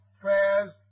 prayers